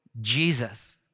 Jesus